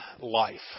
life